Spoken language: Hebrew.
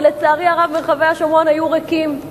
ולצערי הרב מרחבי השומרון היו ריקים,